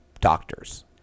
doctors